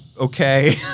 okay